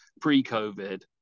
pre-COVID